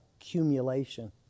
accumulation